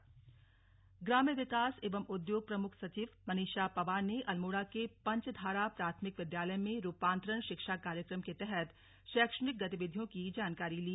शिक्षा कार्यक्रम ग्राम्य विकास एवं उद्योग प्रमुख सचिव मनीषा पवार ने अल्मोडा के पंच धारा प्राथमिक विद्यालय में रूपांतरण शिक्षा कार्यक्रम के तहत शैक्षणिक गतिविधियों की जानकारी ली